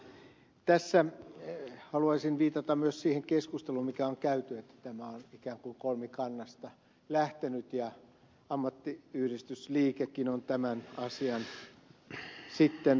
tässä haluaisin viitata myös siihen keskusteluun mikä on käyty että tämä on ikään kuin kolmikannasta lähtenyt ja ammattiyhdistysliikekin on tämän asian sitten siunannut